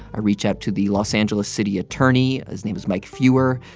i reach out to the los angeles city attorney. his name is mike feuer.